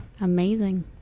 Amazing